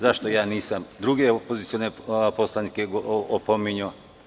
Zašto ja nisam druge opozicione poslanike opominjao?